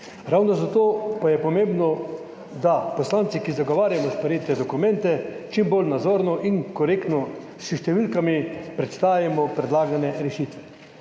Ravno zato pa je pomembno, da poslanci, ki zagovarjamo sprejete dokumente, čim bolj nazorno in korektno s številkami predstavimo predlagane rešitve.